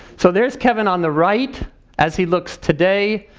so there's kevin on the right as he looks today,